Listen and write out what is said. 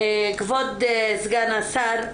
כבוד סגן השר,